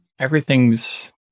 everything's